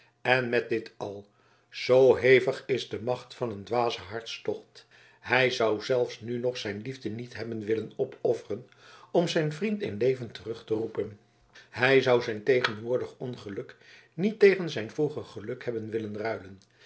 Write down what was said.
en met dit al zoo hevig is de macht van een dwazen hartstocht hij zou zelfs nu nog zijn liefde niet hebben willen opofferen om zijn vriend in t leven terug te roepen hij zou zijn tegenwoordig ongeluk niet tegen zijn vroeger geluk hebben willen ruilen